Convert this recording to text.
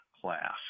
class